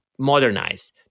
Modernize